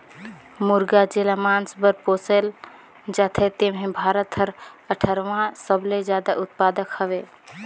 मुरगा जेला मांस बर पोसल जाथे तेम्हे भारत हर अठारहवां सबले जादा उत्पादक हवे